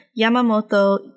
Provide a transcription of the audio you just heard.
Yamamoto